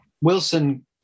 Wilson